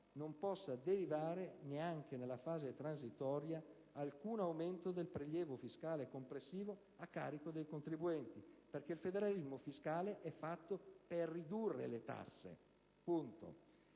non possa derivare, neanche nella fase transitoria, alcun aumento del prelievo fiscale complessivo a carico dei contribuenti. Il federalismo, infatti, è fatto per ridurre le tasse: punto.